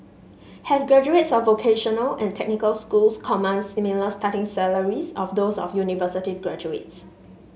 have graduates of vocational and technical schools command similar starting salaries of those of university graduates